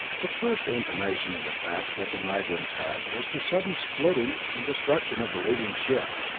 the first intimation of attack that the nigrans had was the sudden splitting and destruction of the leading ship.